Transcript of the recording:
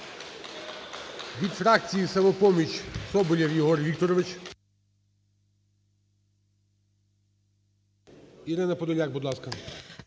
Від фракції"Самопоміч" Соболєв Єгор Вікторович. Ірина Подоляк, будь ласка.